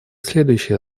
следующие